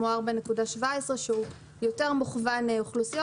כמו 4.17 שהוא יותר מוכוון אוכלוסיות.